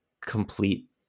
complete